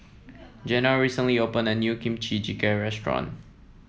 Janel recently opened a new Kimchi Jjigae Restaurant